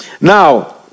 now